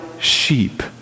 sheep